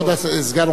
על מנת לשנות,